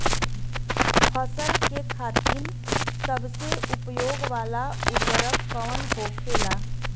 फसल के खातिन सबसे उपयोग वाला उर्वरक कवन होखेला?